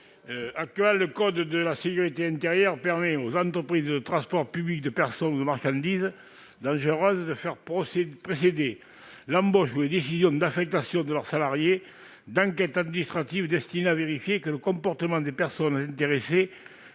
Requier. Le code de la sécurité intérieure permet aux entreprises de transport public de personnes ou de marchandises dangereuses de faire précéder l'embauche ou les décisions d'affectation de leurs salariés « d'enquêtes administratives destinées à vérifier que le comportement des personnes intéressées